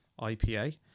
IPA